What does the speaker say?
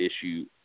issue